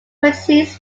proceeds